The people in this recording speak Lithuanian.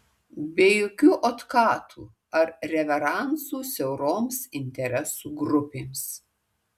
be jokių otkatų ar reveransų siauroms interesų grupėms